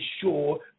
sure